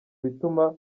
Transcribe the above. bituma